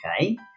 Okay